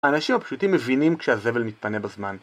האנשים הפשוטים מבינים כשהזבל מתפנה בזמן.